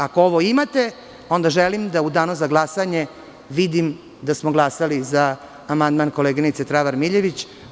Ako ovo imate, onda želim da u danu za glasanje vidim da smo glasali za amandman koleginice Travar Miljević.